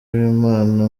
w’imana